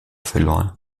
verloren